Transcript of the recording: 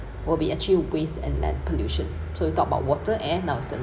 will be actually waste and land pollution so we talk about water and now is the